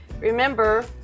Remember